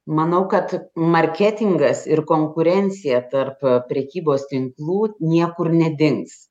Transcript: manau kad marketingas ir konkurencija tarp prekybos tinklų niekur nedings